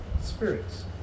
spirits